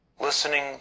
listening